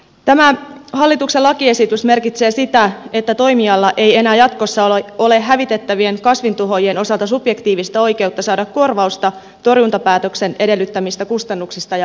tämä hallituksen lakiesitys merkitsee sitä että toimijalla ei enää jatkossa ole hävitettävien kasvintuhoojien osalta subjektiivista oikeutta saada korvausta torjuntapäätöksen edellyttämistä kustannuksista ja vahingoista